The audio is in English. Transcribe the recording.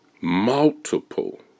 multiple